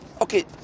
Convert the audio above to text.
Okay